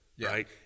right